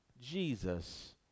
Jesus